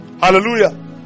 Hallelujah